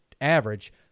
average